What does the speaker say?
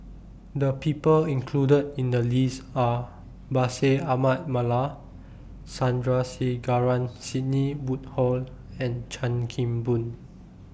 The People included in The list Are Bashir Ahmad Mallal Sandrasegaran Sidney Woodhull and Chan Kim Boon